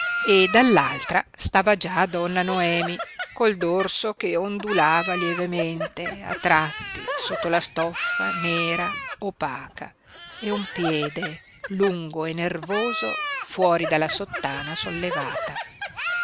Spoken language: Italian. e dall'altra stava già donna noemi col dorso che ondulava lievemente a tratti sotto la stoffa nera opaca e un piede lungo e nervoso fuori dalla sottana sollevata